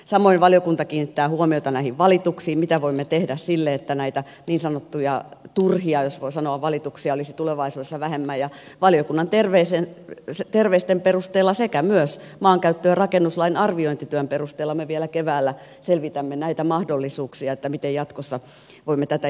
samoin valiokunta kiinnittää huomiota näihin valituksiin mitä voimme tehdä sille että näitä niin sanottuja jos voi sanoa turhia valituksia olisi tulevaisuudessa vähemmän ja valiokunnan terveisten perusteella sekä myös maankäyttö ja rakennuslain arviointityön perusteella me vielä keväällä selvitämme näitä mahdollisuuksia miten jatkossa voimme tätä järjestelmää kehittää